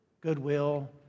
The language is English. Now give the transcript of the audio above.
Goodwill